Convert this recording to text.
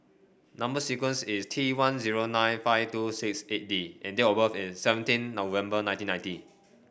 number sequence is T one zero nine five two six eight D and date of birth is seventeen November nineteen ninety